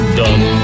done